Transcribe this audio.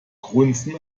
grunzen